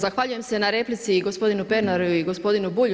Zahvaljujem se na replici i gospodinu Pernaru i gospodinu Bulju.